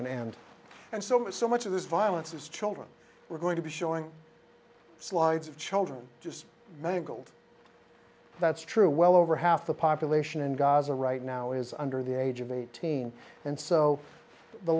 an end and so so much of this violence is children we're going to be showing slides of children just mangled that's true well over half the population in gaza right now is under the age of eighteen and so the